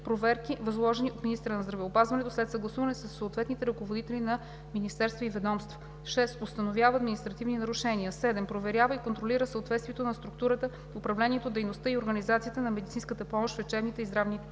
проверки, възложени от министъра на здравеопазването след съгласуване със съответните ръководители на министерства и ведомства. 6. Установява административни нарушения. 7. Проверява и контролира съответствието на структурата, управлението, дейността и организацията на медицинската помощ в лечебните и здравните